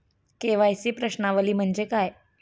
KYC प्रश्नावली म्हणजे काय?